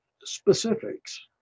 specifics